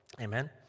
Amen